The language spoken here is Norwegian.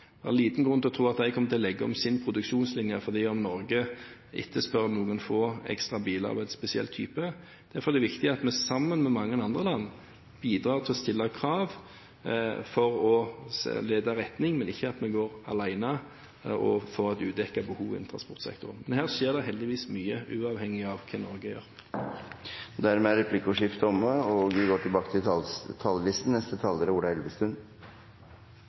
Det er liten grunn til å tro at de kommer til å legge om sin produksjonslinje fordi Norge etterspør noen få ekstra biler av en spesiell type. Derfor er det viktig at vi sammen med mange andre land bidrar til å stille krav for å lede retningen, men ikke at vi går alene og får et udekket behov innen transportsektoren. Men her skjer det heldigvis mye, uavhengig av hva Norge gjør. Replikkordskiftet er omme. Jeg er